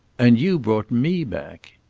and you brought me back.